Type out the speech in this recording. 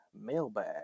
mailbag